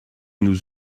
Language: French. nous